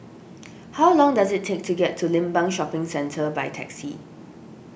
how long does it take to get to Limbang Shopping Centre by taxi